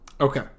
Okay